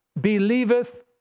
believeth